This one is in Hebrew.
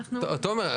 תומר,